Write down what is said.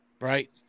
Right